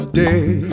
day